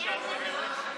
אני יורד למטה.